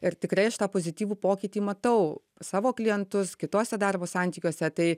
ir tikrai aš tą pozityvų pokytį matau savo klientus kituose darbo santykiuose tai